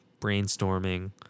Brainstorming